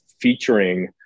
featuring